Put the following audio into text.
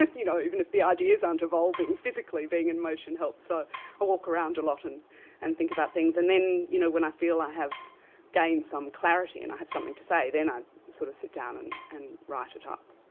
you know even if the ideas aren't evolving physically, being in motion helps. so i walk around a lot and and think about things, and then you know when i feel i have gained some clarity, and i have something to say then i sort of sit down and and write it up.